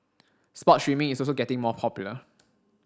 sports streaming is also getting more popular